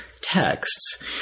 texts